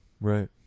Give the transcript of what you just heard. Right